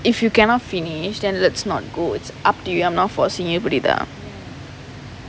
if you cannot finish then let's not go it's up to you I'm not forcing you எப்டிடா:epdidaa